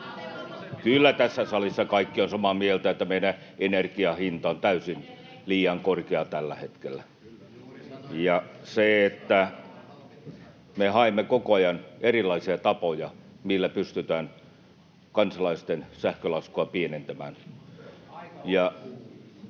Kyllä tässä salissa kaikki ovat samaa mieltä, että meidän energian hinta on täysin liian korkea tällä hetkellä. — Me haemme koko ajan erilaisia tapoja, millä pystytään kansalaisten sähkölaskua pienentämään.